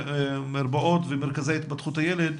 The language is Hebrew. המרפאות ומרכזי התפתחות הילד,